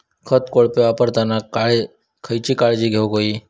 खत कोळपे वापरताना खयची काळजी घेऊक व्हयी?